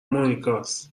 مانیکاست